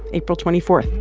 april twenty four